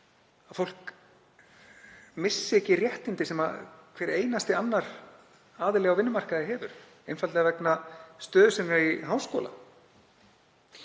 að fólk missi ekki réttindi sem hver einasti annar aðili á vinnumarkaði hefur, einfaldlega vegna stöðu sinnar í háskóla.